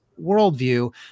worldview